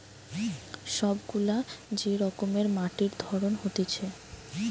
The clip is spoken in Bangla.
সব গুলা যে রকমের মাটির ধরন হতিছে